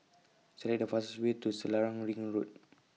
Select The fastest Way to Selarang Ring Road